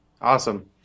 Awesome